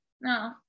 no